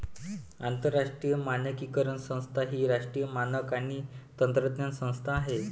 आंतरराष्ट्रीय मानकीकरण संस्था ही राष्ट्रीय मानक आणि तंत्रज्ञान संस्था आहे